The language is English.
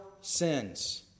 sins